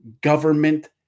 government